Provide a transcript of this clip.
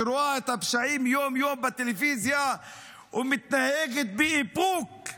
שרואה את הפשעים יום-יום בטלוויזיה ומתנהגת באיפוק.